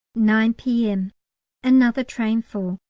nine p m another train full,